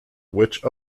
which